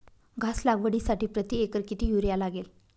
घास लागवडीसाठी प्रति एकर किती युरिया लागेल?